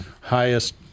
highest